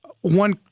One